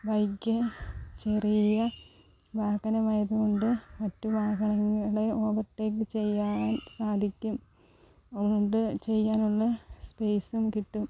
bike ചെറിയ വാഹനമായത് കൊണ്ട് മറ്റു വാഹനങ്ങളെ ഓവർ ടേക്ക് ചെയ്യാൻ സാധിക്കും അതുകൊണ്ട് ചെയ്യാനുള്ള സ്പേസും കിട്ടും